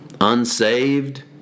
unsaved